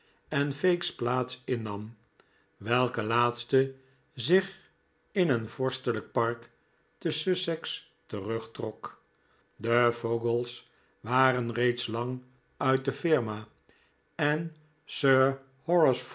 en fake's plaats innam welke laatste zich in een vorstelijk park te sussex terugtrok de fogle's waren reeds lang uit de firma en